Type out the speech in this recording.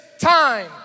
time